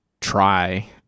try